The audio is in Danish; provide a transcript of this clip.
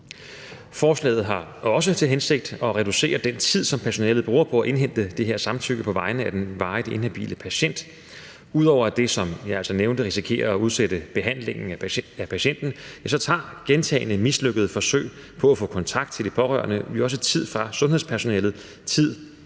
Forslaget har også til hensigt at reducere den tid, som personalet bruger på at indhente det her samtykke på vegne af den varigt inhabile patient. Ud over at det, som jeg altså nævnte, risikerer at udsætte behandlingen af patienten, ja, så tager gentagne mislykkede forsøg på at få kontakt til de pårørende jo også tid fra sundhedspersonalet – tid,